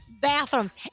bathrooms